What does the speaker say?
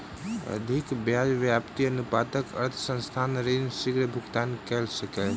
अधिक ब्याज व्याप्ति अनुपातक अर्थ संस्थान ऋण शीग्र भुगतान कय सकैछ